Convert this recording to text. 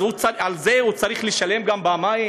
אז על זה הוא צריך לשלם פעמיים?